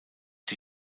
die